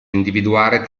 individuare